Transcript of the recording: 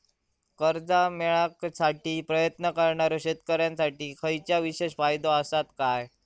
कर्जा मेळाकसाठी प्रयत्न करणारो शेतकऱ्यांसाठी खयच्या विशेष फायदो असात काय?